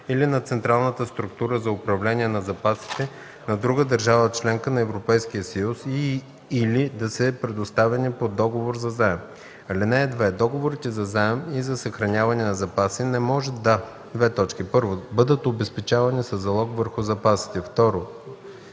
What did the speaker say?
или на централната структура за управление на запасите на друга държава – членка на Европейския съюз, и/или да са предоставени по договор за заем. (2) Договорите за заем и за съхраняване на запаси не може да: 1. бъдат обезпечавани със залог върху запасите; 2.